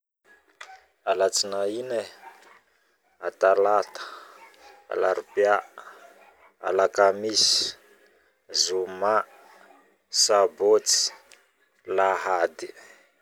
Alatsinainy, atalata, laribia, alakamisy, zoma, sabotsy, lahady